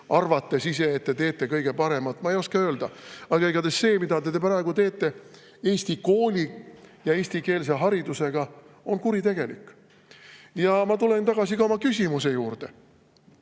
arvates ise, et teete kõige paremat? Ma ei oska öelda. Aga igatahes see, mida te praegu teete eesti kooli ja eestikeelse haridusega, on kuritegelik. Ma tulen tagasi oma küsimuse juurde.